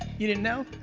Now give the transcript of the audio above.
you didn't know?